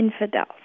infidels